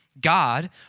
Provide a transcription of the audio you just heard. God